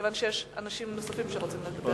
מכיוון שיש אנשים נוספים שרוצים לדבר.